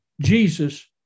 Jesus